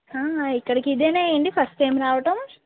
ఇక్కడికి ఇదేనా అండి ఫస్ట్ టైం రావటం